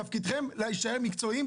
תפקידכם להישאר מקצועיים.